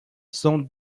son